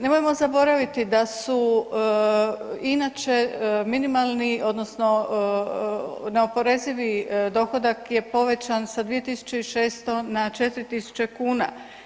Nemojmo zaboraviti da su inače minimalni odnosno neoporezivi dohodak je povećan sa 2.600 na 4.000 kuna.